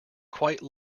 quite